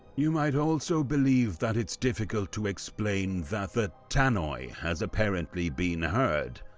you might also believe that it's difficult to explain that the tannoy, has apparently been heard,